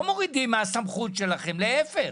לא מורידים מהסמכות שלכם, להיפך,